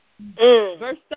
Verse